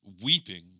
weeping